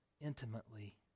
Intimately